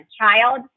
child